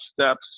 steps